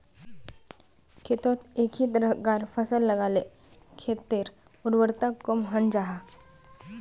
खेतोत एके तरह्कार फसल लगाले खेटर उर्वरता कम हन जाहा